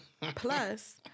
plus